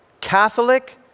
Catholic